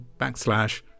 backslash